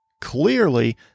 Clearly